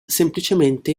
semplicemente